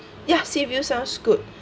yeah seaview sounds good